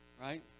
Right